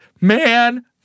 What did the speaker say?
man